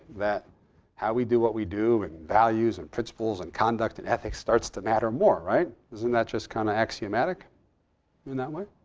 that how we do what we do, and values, and principles, and conduct, and ethics starts to matter more. right? isn't that just kind of axiomatic in that way?